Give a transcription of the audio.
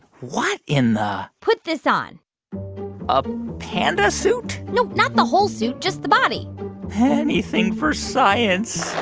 what in the. put this on a panda suit? no, not the whole suit, just the body anything for science